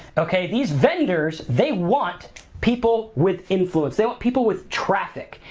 okay? these vendors they want people with influence. they want people with traffic,